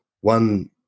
one